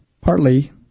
partly